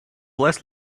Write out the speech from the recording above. less